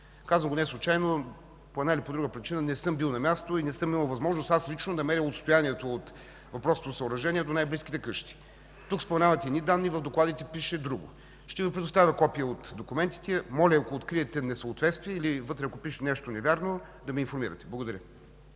Казвам го неслучайно. По една или друга причина не съм бил на място, не съм имал възможност лично да премеря отстоянието между въпросното съоръжение до най-близките къщи. Тук споменавате едни данни, в докладите пише друго. Ще Ви предоставя копие от документите. Моля, ако откриете несъответствие, или ако вътре пише нещо невярно, да ме информирате. Благодаря